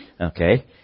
Okay